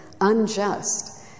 unjust